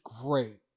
great